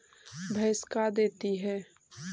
भैंस का देती है?